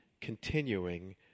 continuing